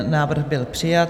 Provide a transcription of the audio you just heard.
Návrh byl přijat.